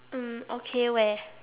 mm okay where